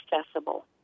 accessible